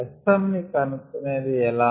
Sm ని కనుక్కొనేది ఎలా